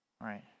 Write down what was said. right